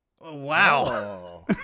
Wow